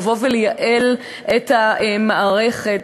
לבוא ולייעל את המערכת.